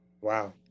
Wow